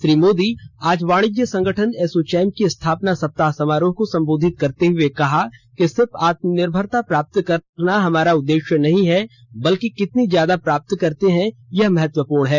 श्री मोदी आज वाणिज्य संगठन एसोचैम की स्थापना सप्ताह समारोह को संबोधित करते हुए कहा कि सिर्फ आत्मनिर्भरता प्राप्त करना हमारा उद्देश्य नहीं है बल्कि कितनी जल्दी प्राप्त करते हैं यह महत्वपूर्ण है